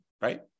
Right